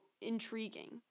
intriguing